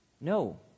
No